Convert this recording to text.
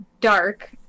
dark